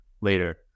later